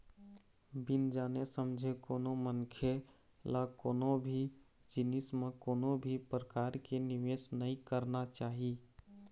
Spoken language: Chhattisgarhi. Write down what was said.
बिन जाने समझे कोनो मनखे ल कोनो भी जिनिस म कोनो भी परकार के निवेस नइ करना चाही